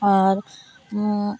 ᱟᱨ